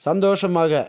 சந்தோஷமாக